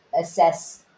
assess